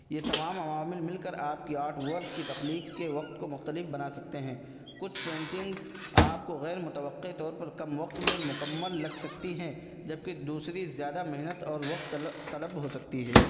یہ تمام عوامل مل کر آپ کی آرٹ ورک کی تخلیق کے وقت کو مختلف بنا سکتے ہیں کچھ پینٹنگز آپ کو غیر متوقع طور پر کم وقت میں مکمل لگ سکتی ہیں جبکہ دوسری زیادہ محنت اور وقت طلب ہو سکتی ہے